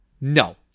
No